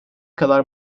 kadar